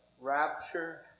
rapture